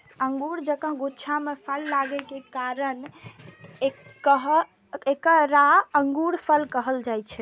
अंगूर जकां गुच्छा मे फल लागै के कारण एकरा अंगूरफल कहल जाइ छै